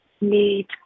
need